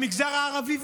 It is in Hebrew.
במגזר הערבי,